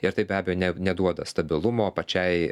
ir tai be abejo ne neduoda stabilumo pačiai